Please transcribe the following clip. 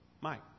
Mike